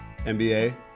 NBA